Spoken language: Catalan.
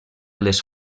les